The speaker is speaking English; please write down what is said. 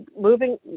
moving